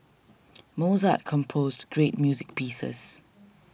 Mozart composed great music pieces